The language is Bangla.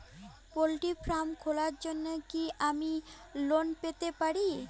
পোল্ট্রি ফার্ম খোলার জন্য কি আমি লোন পেতে পারি?